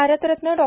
Bharat Ratna Dr